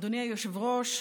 אדוני היושב-ראש,